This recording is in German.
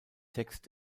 text